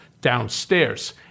downstairs